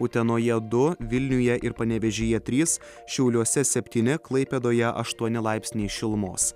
utenoje du vilniuje ir panevėžyje trys šiauliuose septyni klaipėdoje aštuoni laipsniai šilumos